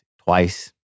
twice